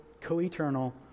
co-eternal